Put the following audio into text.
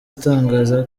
atangaza